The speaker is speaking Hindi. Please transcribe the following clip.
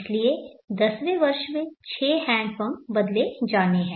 इसलिए 10वें वर्ष में 6 हैंडपंप बदले जाने हैं